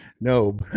No